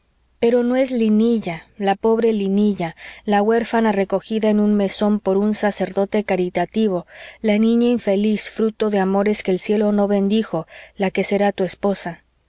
pero no es linilla la pobre linilla la huérfana recogida en un mesón por un sacerdote caritativo la niña infeliz fruto de amores que el cielo no bendijo la que será tu esposa